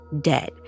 dead